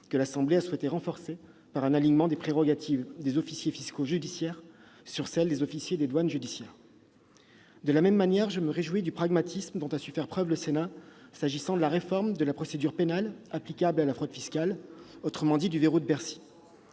que l'Assemblée nationale a souhaité renforcer par un alignement des prérogatives des officiers fiscaux judiciaires sur celles des officiers des douanes judiciaires. De la même manière, je me réjouis du pragmatisme dont a su faire preuve le Sénat s'agissant de la réforme de la procédure pénale applicable à la fraude fiscale, autrement dit du « verrou de Bercy